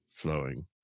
flowing